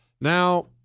Now